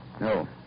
No